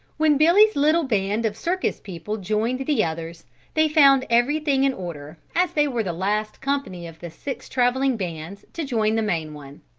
when billy's little band of circus people joined the others they found everything in order as they were the last company of the six traveling bands to join the main one.